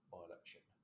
by-election